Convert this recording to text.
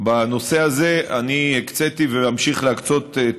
בנושא הזה אני הקציתי, ואמשיך להקצות, תקציבים.